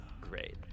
great